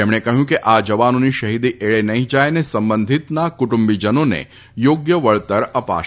તેમણે કહ્યું કે આ જવાનોની શહીદી એળે નહીં જાય અને સંબંધિતના કુટુંબીજનોને યોગ્ય વળતર અપાશે